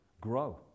grow